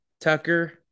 Tucker